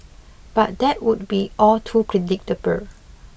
but that would be all too predictable